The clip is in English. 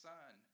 Son